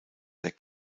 der